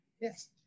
Yes